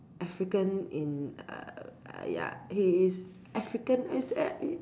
African in err ya he is African is uh